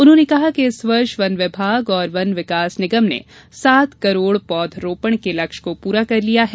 उन्होंने बताया कि इस वर्ष वन विभाग और वन विकास निगम ने सात करोड़ पौधा रोपण के लक्ष्य को पूरा कर लिया है